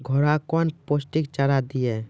घोड़ा कौन पोस्टिक चारा दिए?